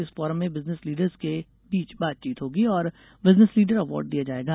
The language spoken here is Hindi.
इस फोरम में बिजनेस लीडर्स के बीच बातचीत होगी और बिजनेस लीडर अवॉर्ड दिया जायेगा